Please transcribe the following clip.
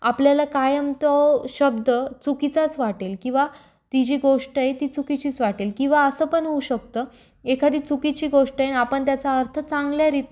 आपल्याला कायम तो शब्द चुकीचाच वाटेल किंवा ती जी गोष्ट आहे ती चुकीचीच वाटेल किंवा असं पण होऊ शकतं एखादी चुकीची गोष्ट आहे आणि आपण त्याचा अर्थ चांगल्यारीत